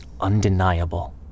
undeniable